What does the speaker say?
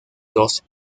dos